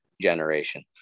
generation